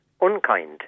unkind